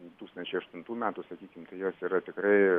du tūkstančiai aštuntų metų sakykim tai jos yra tikrai